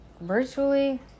Virtually